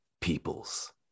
peoples